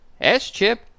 S-chip